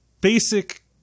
basic